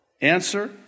Answer